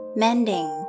mending